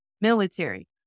military